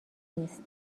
نیست